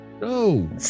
No